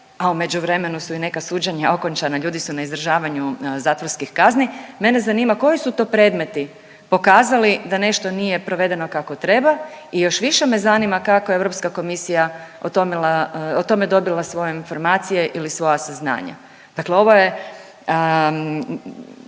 a u međuvremenu su i neka suđenja okončanja, ljudi su na izdržavanju zatvorskih kazni, mene zanima koji su to predmeti pokazali da nešto nije provedeno kako treba i još više me zanima kako EK o tome dobila svoje informacije ili svoja saznanja. Dakle ovo je